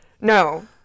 No